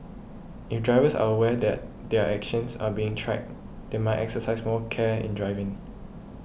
if drivers are aware that their actions are being tracked they might exercise more care in driving